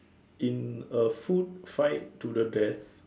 in a food fight to the death